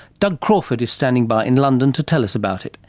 doug crawford is standing by in london to tell us about it,